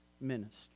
minister